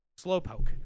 Slowpoke